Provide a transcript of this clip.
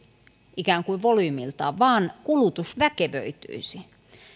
ikään kuin volyymiltaan vaan kulutus väkevöityisi